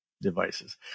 devices